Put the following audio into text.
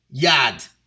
yad